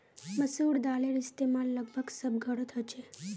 मसूर दालेर इस्तेमाल लगभग सब घोरोत होछे